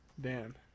Dan